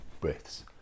breaths